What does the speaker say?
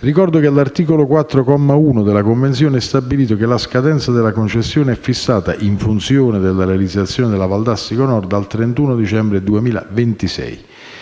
ricordo che all'articolo 4, comma 1, della convenzione è stabilito che la scadenza della concessione è fissata, in funzione della realizzazione della Valdastico Nord, al 31 dicembre 2026.